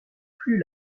plus